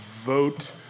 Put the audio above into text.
vote